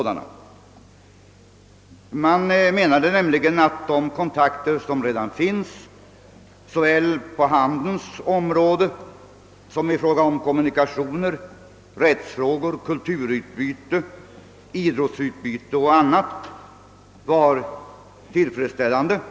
Det ansågs att de kontakter som redan finns såväl på handelns område som i fråga om kommunikationer, rättsfrågor, kulturutbyte, idrottsutbyte och annat utvecklas på ett tillfredsställande sätt.